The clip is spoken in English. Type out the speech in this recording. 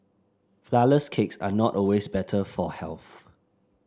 flourless cakes are not always better for health